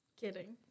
Kidding